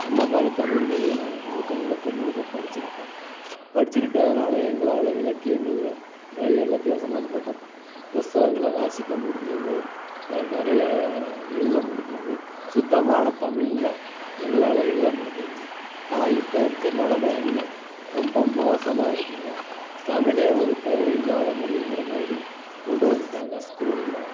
அந்தமாதிரி தமிழ்மொழிய நாங்க முழுக்க முழுக்க முழுக்க படித்துக்கிட்டோம் எங்களால் இலக்கியங்கள்ல நிறைய இலக்கியம் சம்மந்தப்பட்ட புஸ்தகங்களை வாசிக்க முடிஞ்சுது நிறைய எழுத முடிஞ்சுது சுத்தமான தமிழில் எங்களால் எழுத முடிஞ்சுது ஆனால் இப்போ இருக்கற நிலம என்ன ரொம்ப மோசமாக இருக்குங்க தமிழே ஒரு தேவை இல்லாத மொழிங்குறமாதிரி கொண்டு வந்துட்டாங்க ஸ்கூலில்